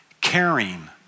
caring